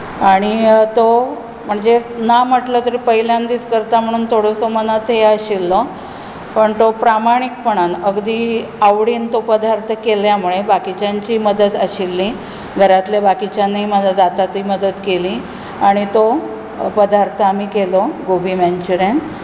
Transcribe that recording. आनी तो म्हणजें ना म्हणटलें तरी पयल्या दिसा करता म्हणून मनांत थोडोसो ए आशिल्लो पूण तो प्रामाणीकपणान अगदी आवडीन तो पदार्थ केल्या मुळें बाकीच्यांची मदत आशिल्ली घरांतल्या बाकीच्यानूय म्हाका जाता ती मदत केली आनी तो पदार्थ आमी केलो गोबी मनच्युरियन